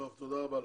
טוב, תודה רבה לך.